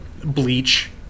bleach